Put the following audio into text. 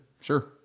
Sure